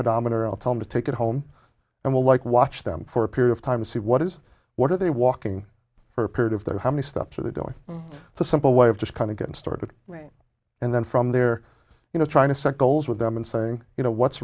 pedometer i'll tell him to take it home and will like watch them for a period of time see what is what are they walking for period of their how many steps are they doing the simple way of just kind of getting started and then from there you know trying to sekolah with them and saying you know what's